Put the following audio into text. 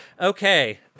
Okay